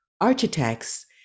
architects